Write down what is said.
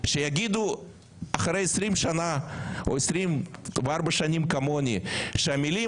יגידו אחרי 20 שנים או אחרי 24 שנים כמוני המילים